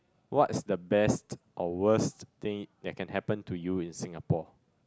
what's the best or worst thing that can happen to you in Singapore